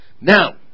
Now